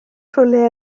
rhywle